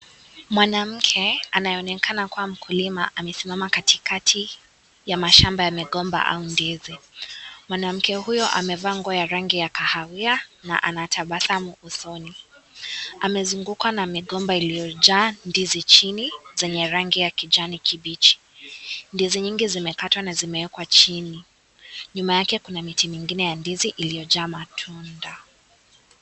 Mwanamke anayeonekana kuwa mkulima amesimama katikati ya mashamba ya migomba au ndizi . Mwanamke huyo amevaa nguo ya rangi ya kahawia na ana tabasamu usoni . Amezungukwa na migomba iliyojaa ndizi chini zenye rangi ya kijani kibichi . Ndizi nyingi zimekatwa na zimeekwa chini. Nyuma yake kuna miti mingine ya ndizi iliyojaa matunda.